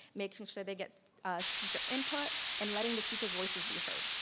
making sure they get teacher input and letting the teachers' voices be heard.